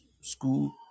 school